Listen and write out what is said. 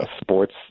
sports